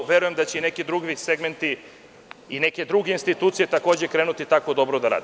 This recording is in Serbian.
Verujem da će i neki drugi segmenti i neke druge institucije takođe krenuti tako dobro da rade.